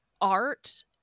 art